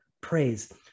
praise